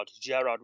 Gerard